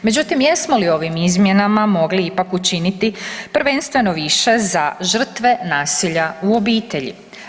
Međutim, jesmo li ovim izmjenama mogli ipak učiniti prvenstveno više za žrtve nasilja u obitelji?